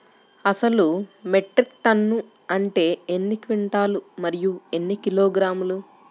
అసలు metric tonne అంటే ఎన్ని క్వింటాలు మరియు ఎన్ని కిలోగ్రాములు?